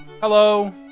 Hello